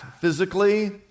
physically